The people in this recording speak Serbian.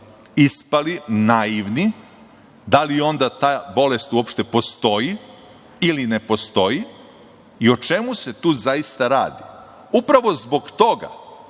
ispali naivni, da li onda ta bolest uopšte postoji ili ne postoji i o čemu se tu zaista radi? Upravo zbog toga,